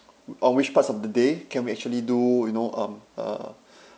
or which parts of the day can we actually do you know um uh